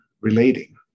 relating